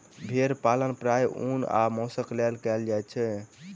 भेड़ पालन प्रायः ऊन आ मौंसक लेल कयल जाइत अछि